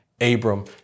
Abram